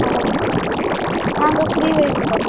ஓ நாங்கள் ஸ்ரீ வைகுண்டம்